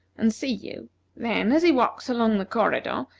and see you then, as he walks along the corridor,